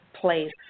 place